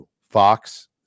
Fox